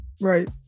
right